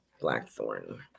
Blackthorn